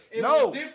no